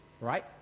right